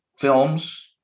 films